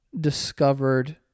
discovered